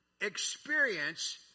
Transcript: experience